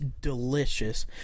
delicious